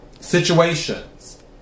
situations